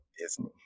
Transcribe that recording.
Disney